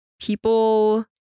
people